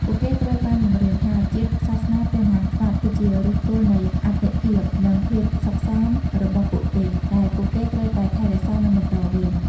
ពួកគេត្រូវបានបង្រៀនថា ជាតិ សាសនា ព្រះមហាក្សត្រ គឺជាឫសគល់នៃអត្ថិភាព និងភាពសុខសាន្តរបស់ពួកគេ ដែលពួកគេត្រូវតែថែរក្សា និងបន្តវេន។